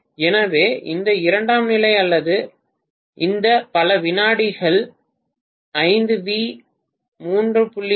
எனவே இந்த இரண்டாம் நிலை அல்லது இந்த பல வினாடிகள் 5 V 3